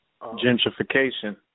Gentrification